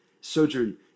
Sojourn